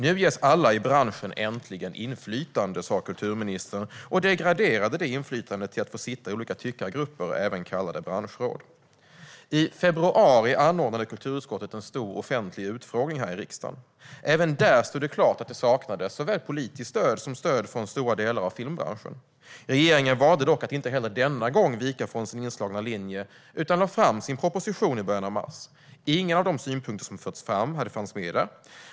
Nu ges alla i branschen äntligen inflytande, sa kulturministern och degraderade det inflytandet till att man kan få sitta med i olika tyckargrupper, även kallade branschråd. I februari anordnade kulturutskottet en stor offentlig utfrågning här i riksdagen. Även där stod det klart att det saknades såväl politiskt stöd som stöd från stora delar av filmbranschen. Regeringen valde dock att inte heller denna gång vika från sin inslagna linje utan lade fram sin proposition i början av mars. Inga av de synpunkter som hade förts fram fanns med där.